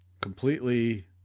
Completely